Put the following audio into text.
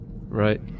Right